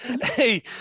Hey